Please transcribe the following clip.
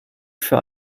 für